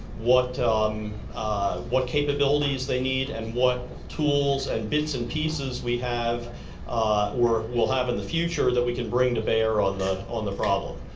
what um what capabilities they need, and what tools and bits and pieces we have or will have in the future that we can bring to bear on the on the problem.